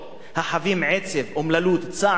החווים עצב, אומללות, צער ושמחה.